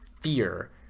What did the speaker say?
fear